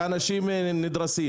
ואנשים נדרסים.